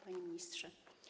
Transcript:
Panie Ministrze!